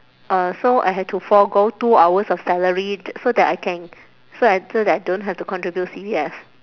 uh so I had to forgo two hours of salary so that I can so I so that I don't have to contribute C_P_F